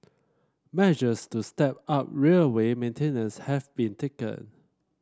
measures to step up railway maintenance have been taken